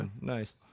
nice